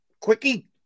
Quickie